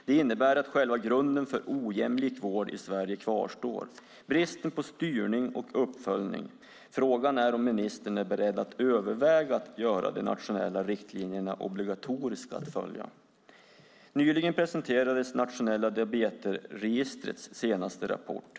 Det innebär att grunden för ojämlik vård i Sverige kvarstår. Det finns ingen styrning och uppföljning. Är ministern beredd att överväga att göra det obligatoriskt att följa de nationella riktlinjerna? Nyligen presenterades Nationella Diabetesregistrets senaste rapport.